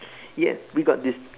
yes we got this